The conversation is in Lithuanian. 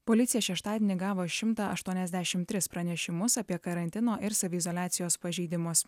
policija šeštadienį gavo šimtą aštuoniasdešim tris pranešimus apie karantino ir saviizoliacijos pažeidimus